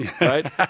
right